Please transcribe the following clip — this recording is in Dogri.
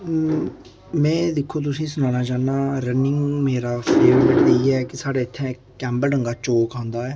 में दिक्खों तुसेंगी सनाना चाह्न्नां रनिंग मेरा फेवरेट इ'यै कि साढ़ै इत्थै कैंवलडंगा चौंक औंदा ऐ